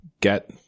get